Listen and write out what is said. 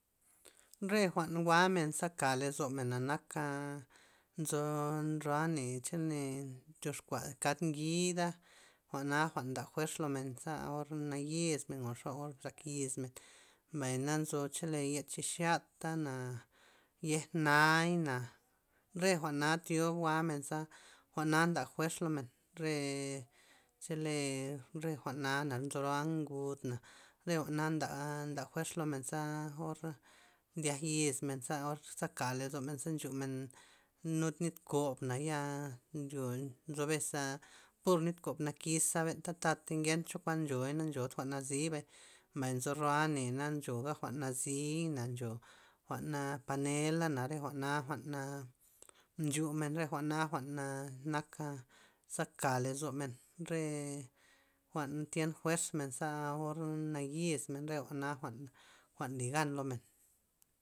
Re jwa'n jwa'men za ka lozomena' naka, nzo ro'a ne chene ndyoxkua kad ngida, jwa'na jw'an nda fuerz lo men za or nayis menba o nxobor ncha yismen, mbay na nzo chole yed yichixyata'na yej na'ina re jwa'na thiob jwa'nen za jwa'na nda fuer lomen re chole re jwa'na na' nzora ngudna re jwa'na nda nda fuerz lomen za or ndiak yismen za or ka' lozomen ze nchumen lud nit kobna ya nyo nzo abes pur nit kob nakiza benta ta'tey ngencho kuan nchoy na nchod jwa'n nazi'bey, mbay nzo ro'a ne na nchoga jwa'n nazii' na ncho jwa'n na panela'na re jwa'na jwa'n na nchumen re jwa'na jwa'n na- nak za ka lozomen re jwa'n tyen fuerz men za or nayismen re jwa'na nly gan lomen.